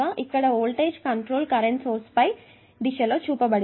ఇక్కడ voltage controlled current source పై దిశలో చూపబడినది